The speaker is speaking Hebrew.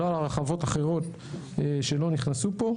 לא חברות אחרות שלא נכנסו פה.